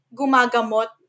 gumagamot